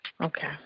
Okay